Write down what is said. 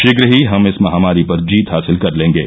शीघ्र ही हम इस महामारी पर जीत हासिल कर लेंगे